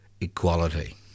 equality